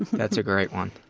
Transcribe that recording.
that's a great one.